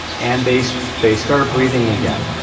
and they so they start breathing again